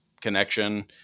connection